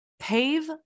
pave